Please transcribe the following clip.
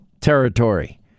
territory